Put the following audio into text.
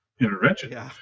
intervention